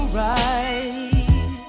right